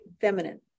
feminine